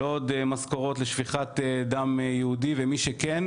לא עוד משכורות לשפיכת דם יהודי ומי שכן,